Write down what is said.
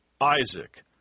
Isaac